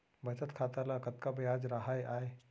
बचत खाता ल कतका ब्याज राहय आय?